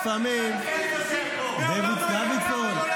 מי אתם בכלל?